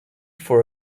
for